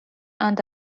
and